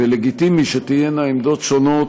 ולגיטימי שתהיינה עמדות שונות